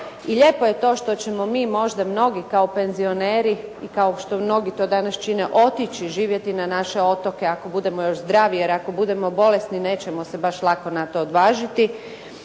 I lijepo je to što ćemo mi možda mnogi kao penzioneri i kao što mnogi to danas čine, otići živjeti na naše otoke, ako budemo još zdravi, jer ako budemo bolesni nećemo se baš lako na to odvažiti,